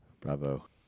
bravo